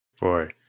boy